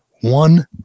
one